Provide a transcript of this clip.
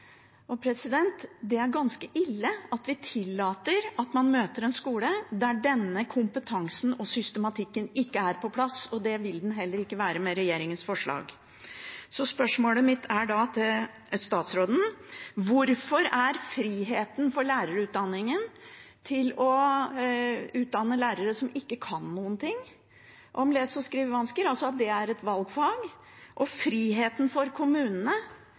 og skrive. Det er ganske ille at vi tillater at man møter en skole der denne kompetansen og systematikken ikke er på plass, og det vil den heller ikke være med regjeringens forslag. Så spørsmålet mitt til statsråden er da: Hvorfor er friheten til å utdanne lærere som ikke kan noen ting om lese- og skrivevansker – altså at det er et valgfag – og friheten for kommunene